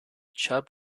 chub